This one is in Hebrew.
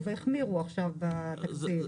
הלכו והחמירו עכשיו בתקציב.